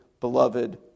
beloved